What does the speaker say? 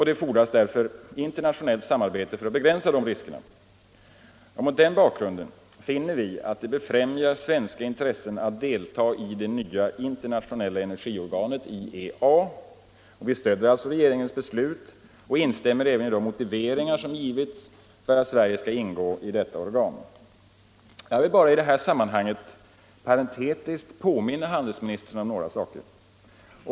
Det fordras därför internationellt samarbete för att begränsa riskerna. Mot den bakgrunden finner vi att det befrämjar svenska intressen att delta i det nya internationella energiorganet IEA. Vi stödjer alltså regeringens beslut och instämmer även i de motiveringar som givits för att Sverige skall ingå i detta organ. Jag vill bara i det sammanhanget parentetiskt påminna handelsministern om några saker.